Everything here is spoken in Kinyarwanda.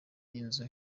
y’inzu